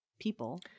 people